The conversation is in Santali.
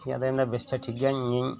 ᱫᱤᱭᱮ ᱟᱫᱚᱭ ᱢᱮᱱᱫᱟ ᱵᱮᱥ ᱴᱷᱤᱠᱜᱮᱭᱟ ᱱᱤᱭᱟᱹᱧ